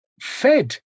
fed